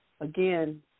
again